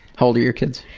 how old are your kids?